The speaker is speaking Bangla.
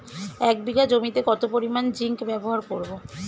এক বিঘা জমিতে কত পরিমান জিংক ব্যবহার করব?